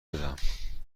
بدهم